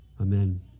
Amen